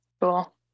Cool